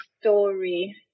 story